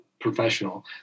professional